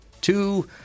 two